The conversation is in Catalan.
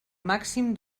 màxim